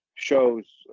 Shows